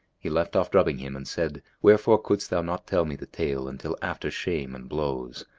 he left off drubbing him and said, wherefore couldst thou not tell me the tale until after shame and blows?